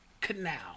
Canal